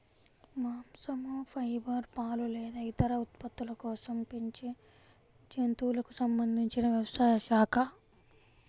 మాంసం, ఫైబర్, పాలు లేదా ఇతర ఉత్పత్తుల కోసం పెంచే జంతువులకు సంబంధించిన వ్యవసాయ శాఖ